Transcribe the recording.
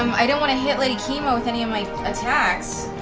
i don't want to hit lady kima with any of my attacks,